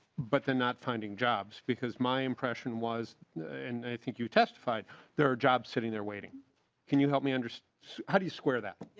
but the not finding jobs because my impression was and i think you testified their job sitting there waiting can you help me understand how do you square that.